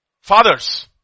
Fathers